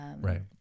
right